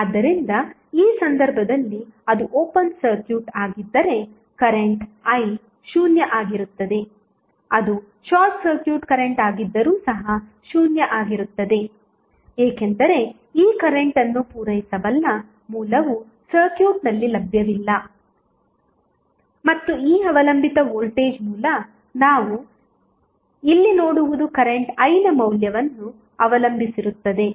ಆದ್ದರಿಂದ ಈ ಸಂದರ್ಭದಲ್ಲಿ ಅದು ಓಪನ್ ಸರ್ಕ್ಯೂಟ್ ಆಗಿದ್ದರೆ ಕರೆಂಟ್ i 0 ಆಗಿರುತ್ತದೆ ಅದು ಶಾರ್ಟ್ ಸರ್ಕ್ಯೂಟ್ ಕರೆಂಟ್ ಆಗಿದ್ದರೂ ಸಹ 0 ಆಗಿರುತ್ತದೆ ಏಕೆಂದರೆ ಈ ಕರೆಂಟ್ ಅನ್ನು ಪೂರೈಸಬಲ್ಲ ಮೂಲವು ಸರ್ಕ್ಯೂಟ್ನಲ್ಲಿ ಲಭ್ಯವಿಲ್ಲ ಮತ್ತು ಈ ಅವಲಂಬಿತ ವೋಲ್ಟೇಜ್ ಮೂಲ ನಾವು ಇಲ್ಲಿ ನೋಡುವುದು ಕರೆಂಟ್ iನ ಮೌಲ್ಯವನ್ನು ಅವಲಂಬಿಸಿರುತ್ತದೆ